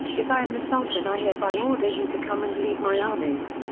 if i am the sultan i hereby order you to come and lead my armies.